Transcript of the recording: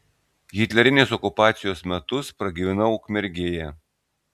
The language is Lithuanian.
hitlerinės okupacijos metus pragyvenau ukmergėje